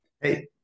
Hey